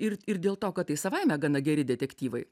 ir ir dėl to kad tai savaime gana geri detektyvai